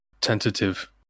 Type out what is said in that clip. tentative